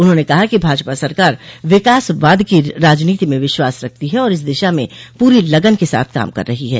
उन्होंने कहा कि भाजपा सरकार विकासवाद की राजनीति में विश्वास रखती है और इस दिशा में पूरी लगन के साथ काम कर रही है